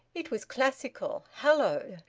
it was classical, hallowed.